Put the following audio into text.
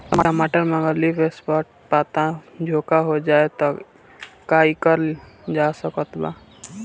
टमाटर में अगर लीफ स्पॉट पता में झोंका हो जाएँ त का कइल जा सकत बा?